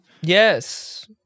Yes